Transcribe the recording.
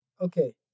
Okay